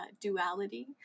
duality